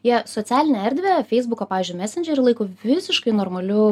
jie socialinę erdvę feisbuko pavyzdžiui mesendžerį laiko visiškai normaliu